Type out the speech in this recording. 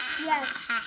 Yes